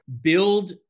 build